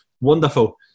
wonderful